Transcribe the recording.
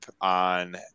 on